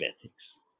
ethics